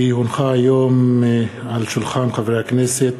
כי הונחה היום על שולחן הכנסת,